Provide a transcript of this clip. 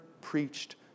preached